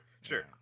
sure